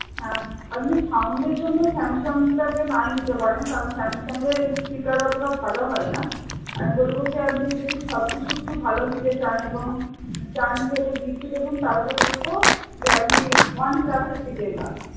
হ্যাঁ আপনি সাউন্ডের জন্য স্যামসংটাকে নাই নিতে পারেন কারণ স্যামসাঙ্গের স্পীকার অতোটা ভালো হয় না আমি বলবো যে আপনি যদি সব কিছু একটু ভালো নিতে চান এবং চান যে এটা গিফট দেবেন তাহলে বলবো যে আপনি ওয়ানপ্লাসের দিকে যান